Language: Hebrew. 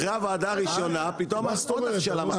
אחרי הוועדה הראשונה פתאום --- רגע,